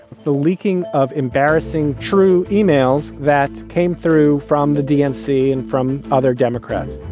the leaking of embarrassing, true emails that came through from the dnc and from other democrats.